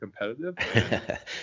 competitive